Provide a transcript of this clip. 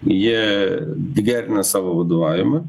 jie gerina savo vadovavimą